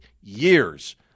years